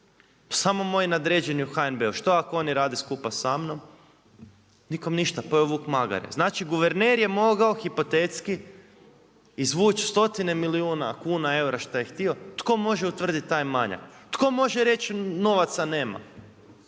Samo moji nadređeni u HNB-u, što ako oni rade skupa samnom? Nikom ništa, pojeo vuk magare. Znači guverner je mogao hipotetska, izvući 100 milijune kuna, eura, šta je htio, tko može utvrditi taj manjak. Tko može reći novaca nema?